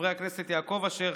חברי הכנסת יעקב אשר,